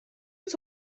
uns